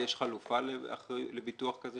הוא מקבל עליו את האחריות הניהולית